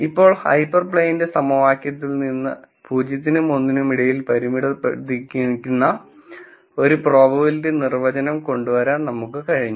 ഇപ്പോൾ ഹൈപ്പർ പ്ലെയിനിന്റെ സമവാക്യത്തിൽ നിന്ന് 0 നും 1 നും ഇടയിൽ പരിമിതപ്പെടുത്തിയിരിക്കുന്ന ഒരു പ്രോബബിലിറ്റിയുടെ നിർവചനം കൊണ്ടുവരാൻ നമുക്ക് കഴിഞ്ഞു